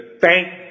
thank